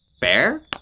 Bear